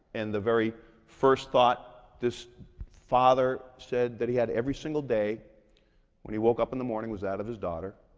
and the very first thought this father said that he had every single day when he woke up in the morning was that of his daughter,